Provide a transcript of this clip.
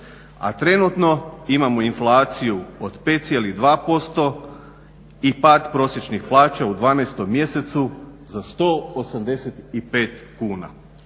A trenutno imamo inflaciju od 5,2% i pad prosječnih plaća u 12. mjesecu za 185 kuna.